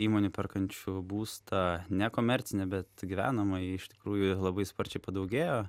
įmonių perkančių būstą nekomercinį bet gyvenamąjį iš tikrųjų labai sparčiai padaugėjo